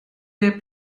der